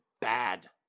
bad